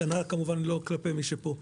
כמובן לא כלפי מי שפה,